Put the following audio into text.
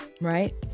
right